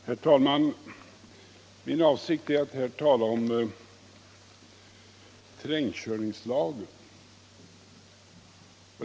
Herr talman! Min avsikt är att här tala om terrängkörningslagen.